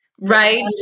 Right